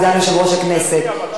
סגן יושב-ראש הכנסת,